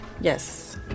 Yes